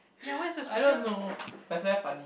I don't know but it's very funny